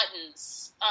buttons